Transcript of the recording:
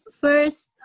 First